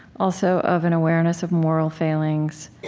also of an awareness of moral failings,